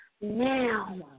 now